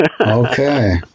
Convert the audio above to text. Okay